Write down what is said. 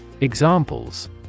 Examples